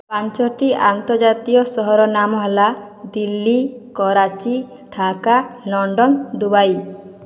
ପାଞ୍ଚଟି ଆନ୍ତର୍ଜାତୀୟ ସହରର ନାମ ହେଲା ଦିଲ୍ଲୀ କରାଚି ଠାକା ଲଣ୍ଡନ ଦୁବାଇ